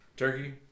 Turkey